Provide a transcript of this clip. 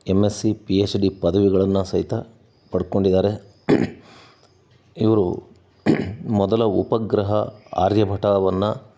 M S C P H D ಪದವಿಗಳನ್ನು ಸಹಿತ ಪಡ್ಕೊಂಡಿದ್ದಾರೆ ಇವರು ಮೊದಲ ಉಪಗ್ರಹ ಆರ್ಯಭಟವನ್ನು